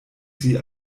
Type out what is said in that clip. sie